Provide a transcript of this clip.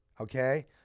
okay